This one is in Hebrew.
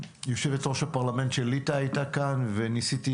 יושבת-ראש הפרלמנט של ליטא הייתה כאן וניסיתי